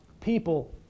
people